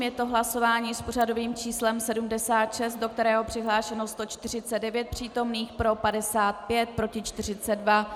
Je to hlasování s pořadovým číslem 76, do kterého je přihlášeno 149 přítomných, pro 55, proti 42.